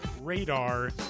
radar